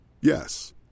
Yes